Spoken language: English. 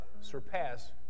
surpass